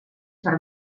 per